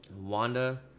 Wanda